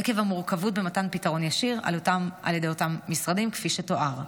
עקב המורכבות במתן פתרון ישיר על ידי אותם משרדים כפי שתואר.